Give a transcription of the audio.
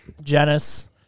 Janice